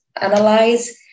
analyze